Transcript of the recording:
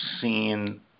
seen